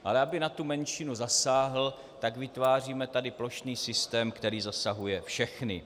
Ale aby tu menšinu zasáhl, tak tady vytváříme plošný systém, který zasahuje všechny.